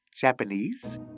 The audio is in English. Japanese